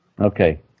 Okay